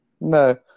No